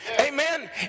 Amen